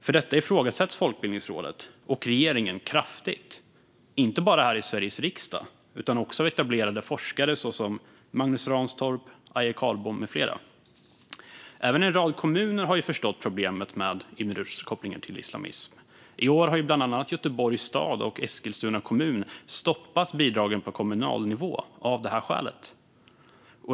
För detta ifrågasätts Folkbildningsrådet och regeringen kraftigt, inte bara här i Sveriges riksdag utan också av etablerade forskare såsom Magnus Ranstorp, Aje Carlbom med flera. Även en rad kommuner har förstått problemet med Ibn Rushds kopplingar till islamism. I år har bland annat Göteborgs stad och Eskilstuna kommun stoppat bidragen på kommunal nivå av det här skälet.